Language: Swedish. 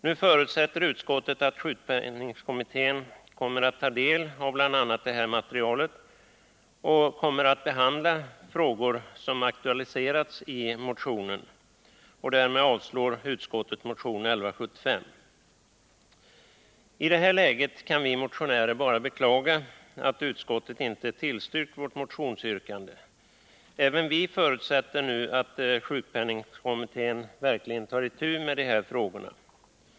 Nu förutsätter utskottet att sjukpenningkommittén kommer att ta del av bl.a. det här materialet och kommer att behandla frågor som aktualiserats i motionen. Därmed avstyrker utskottet motion 1175. I det här läget kan vi motionärer bara beklaga att utskottet inte tillstyrkt vårt motionsyrkande. Även vi förutsätter nu att sjukpenningkommittén verkligen tar itu med de här frågorna.